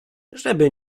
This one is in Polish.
żeby